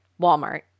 Walmart